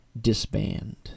disband